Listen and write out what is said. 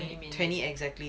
twenty exactly